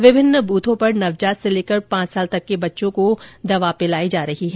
विभिन्न ब्रथों पर नवजात से लेकर पांच साल तक के बच्चों को दवा पिलाई जा रही है